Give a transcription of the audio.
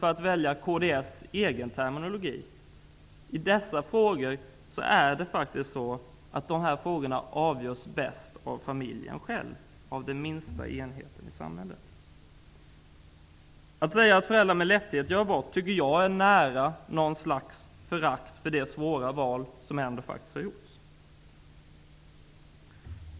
För att använda kds egen terminologi -- dessa frågor avgörs bäst av familjen själv, av den minsta enheten i samhället. Att säga att föräldrar med lätthet gör abort, tycker jag är att nästan visa förakt för det svåra val som ändå har gjorts.